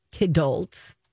adults